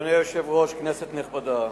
אדוני היושב-ראש, כנסת נכבדה,